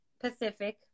pacific